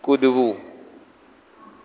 કૂદવું